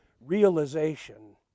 realization